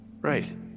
Right